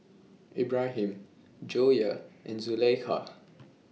Ibrahim Joyah and Zulaikha